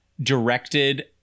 directed